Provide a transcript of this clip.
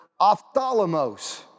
ophthalmos